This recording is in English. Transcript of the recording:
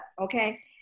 okay